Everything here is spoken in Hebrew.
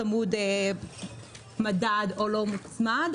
צמוד מדד או לא מוצמד.